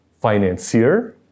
financier